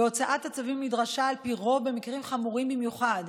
הוצאת הצווים נדרשה על פי רוב במקרים חמורים במיוחד,